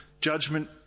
judgment